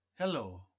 Hello